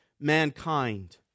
mankind